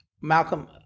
Malcolm